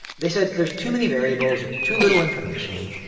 they said there's too many variables or too little information.